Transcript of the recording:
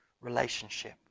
relationship